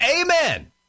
amen